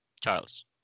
Charles